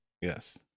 Yes